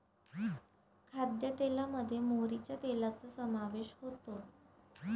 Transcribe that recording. खाद्यतेलामध्ये मोहरीच्या तेलाचा समावेश होतो